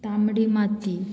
तांबडी माती